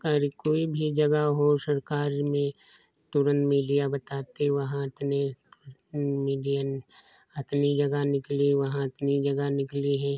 कार्य कोई भी जगह हो सरकार में तुरंत मीडिया बताती वहाँ इतने मीडियन इतनी जगह निकली वहाँ इतनी जगह निकली हैं